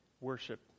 worship